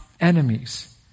enemies